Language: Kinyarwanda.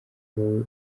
wowe